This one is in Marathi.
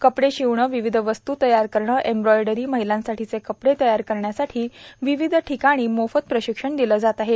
कपडे शिवणे विविध वस्त् तयार करणे एम्ब्रायडरी महिलांसाठीचे कपडे तयार करण्यासाठी विविध ठिकाणी मोफत प्रशिक्षण दिल जात आहे